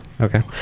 Okay